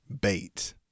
bait